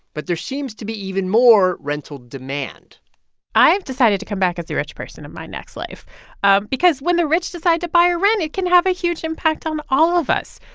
but there seems to be even more rental demand i've decided to come back as a rich person in my next life um because when the rich decide to buy or rent, it can have a huge impact on all of us.